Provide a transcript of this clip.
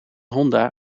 honda